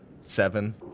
Seven